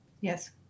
Yes